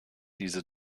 diese